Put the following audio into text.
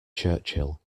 churchill